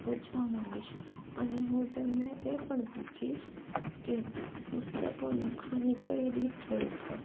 પૂછવા માંગીશ અને હું તેમને એ પણ પૂછીશ કે પુસ્તકો લખવાની કઈ રીત હોય છે